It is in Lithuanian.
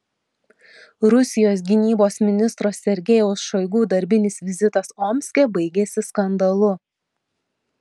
rusijos gynybos ministro sergejaus šoigu darbinis vizitas omske baigėsi skandalu